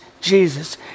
Jesus